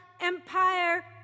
empire